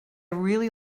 really